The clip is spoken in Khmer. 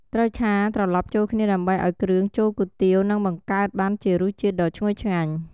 ត្រូវឆា ត្រឡប់ចូលគ្នាដើម្បីឱ្យគ្រឿងចូលគុយទាវនិងបង្កើតបានជារសជាតិដ៏ឈ្ងុយឆ្ងាញ់។